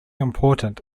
important